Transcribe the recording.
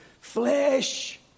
flesh